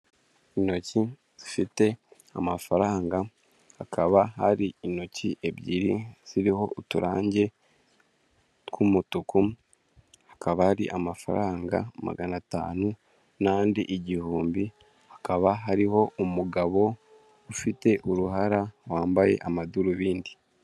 Intoki zifite amafaranga hakaba hari intoki ebyiri ziriho uturange tw'umutuku hakaba ari amafaranga magana atanu n'andi igihumbi hakaba hariho umugabo ufite uruhara wambaye amadurubindi.